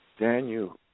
Daniel